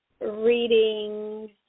readings